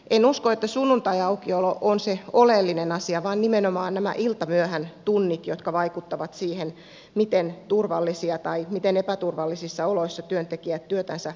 en usko että sunnuntaiaukiolo on se oleellinen asia vaan nimenomaan nämä iltamyöhän tunnit jotka vaikuttavat siihen miten turvallisissa tai miten epäturvallisissa oloissa työntekijät työtänsä tekevät